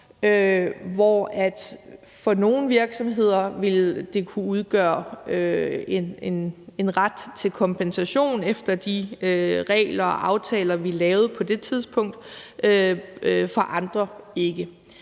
for nogle virksomheders vedkommende vil udløse en ret til kompensation efter de regler og aftaler, vi lavede på det tidspunkt, og for andres ikke.